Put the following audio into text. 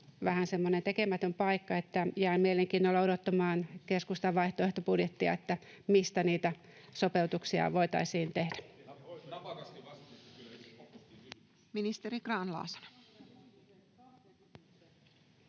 vähän semmoinen tekemätön paikka, että jään mielenkiinnolla odottamaan keskustan vaihtoehtobudjettia, että mistä niitä sopeutuksia voitaisiin tehdä. [Kimmo Kiljunen: